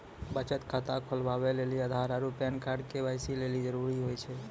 बचत खाता खोलबाबै लेली आधार आरू पैन कार्ड के.वाइ.सी लेली जरूरी होय छै